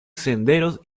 senderos